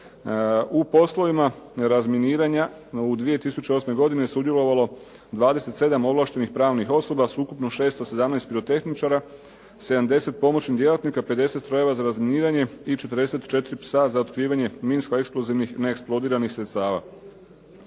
U poslovima razminiranja u 2008. godini je sudjelovalo 27 ovlaštenih pravnih osoba s ukupno 617 pirotehničara, 70 pomoćnih djelatnika, 50 strojeva za razminiranje i 44 psa za otkrivanje minsko-eksplozivnih neeksplodiranih sredstava.